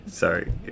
Sorry